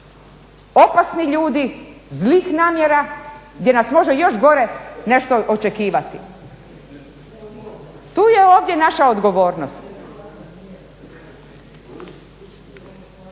opasni ljudi zlih namjera gdje nas može još gore nešto očekivati. Tu je ovdje naša odgovornost.